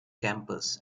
campus